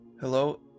Hello